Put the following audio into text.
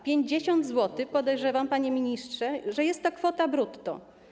50 zł podejrzewam, panie ministrze, że jest to kwota brutto.